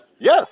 Yes